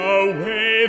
away